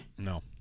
No